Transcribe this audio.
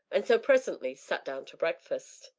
and so presently sat down to breakfast.